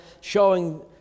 showing